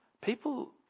people